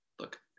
look